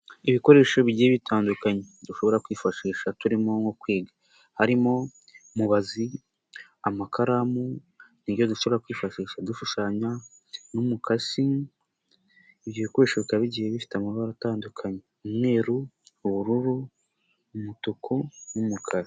Ibikoresho bigiye bitandukanye dushobora kwifashisha turimo nko kwiga, harimo: mubazi, amakaramu, n'ibyo dushobora kwifashisha dushushanya n'umukasi, ibyo bikoresho bikaba bigiye bifite amabara atandukanye: umweru, ubururu, umutuku n'umukara.